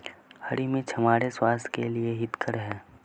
हरी मिर्च हमारे स्वास्थ्य के लिए हितकर हैं